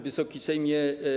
Wysoki Sejmie!